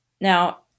Now